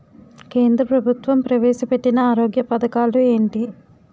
కేంద్ర ప్రభుత్వం ప్రవేశ పెట్టిన ఆరోగ్య పథకాలు ఎంటి?